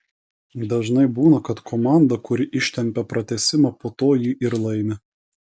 dažnai būna kad komanda kuri ištempią pratęsimą po to jį ir laimi